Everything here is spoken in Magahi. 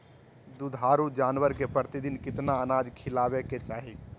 दुधारू जानवर के प्रतिदिन कितना अनाज खिलावे के चाही?